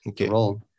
Okay